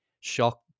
shock